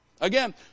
Again